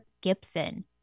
Gibson